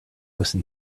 listen